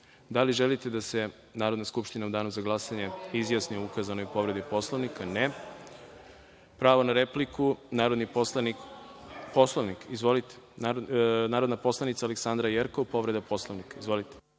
li želite da se Narodna skupština u Danu za glasanje izjasni o ukazanoj povredi Poslovnika? (Ne)Reč ima narodni poslanik Aleksandra Jerkov, povreda Poslovnika.